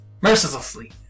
mercilessly